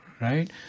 Right